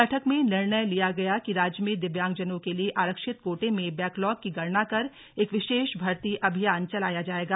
बैठक में निर्णय लिया गया कि राज्य में दिव्यांगजनो के लिए आरक्षित कोटे में बैकलॉग की गणना कर एक विशेष भर्ती अभियान चलाया जाएगा